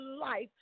life